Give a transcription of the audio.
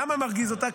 למה זה מרגיז אותה?